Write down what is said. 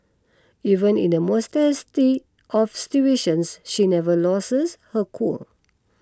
even in the most testy of situations she never loses her cool